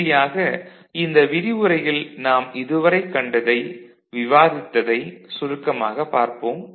இறுதியாக இந்த விரிவுரையில் நாம் இதுவரை கண்டதை விவாதித்ததை சுருக்கமாகப் பார்ப்போம்